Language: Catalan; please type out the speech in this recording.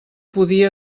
podia